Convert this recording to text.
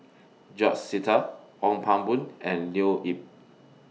George Sita Ong Pang Boon and Leo Yip